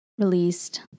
Released